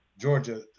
Georgia